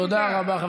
תודה רבה.